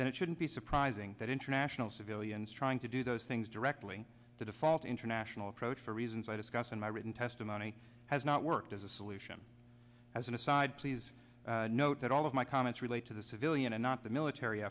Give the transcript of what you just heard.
then it shouldn't be surprising that international civilians trying to do those things directly to default international approach for reasons i discussed in my written testimony has not worked as a solution as an aside please note that all of my comments relate to the civilian and not the military